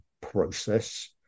process